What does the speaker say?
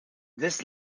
this